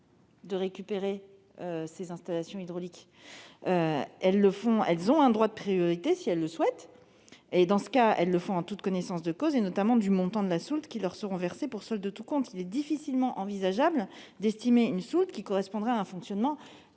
de récupérer ces installations hydrauliques. Elles ont un droit de priorité, qu'elles peuvent utiliser si elles le souhaitent et en toute connaissance de cause, en sachant notamment le montant de la soulte qui leur sera versé pour solde de tout compte. Il est difficilement envisageable d'estimer une soulte qui correspondrait à un fonctionnement